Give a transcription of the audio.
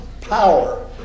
power